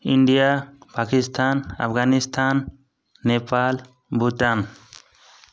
India Pakistan Afghanistan Nepal Bhutan